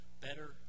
better